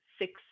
six